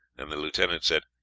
and the lieutenant said,